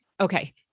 okay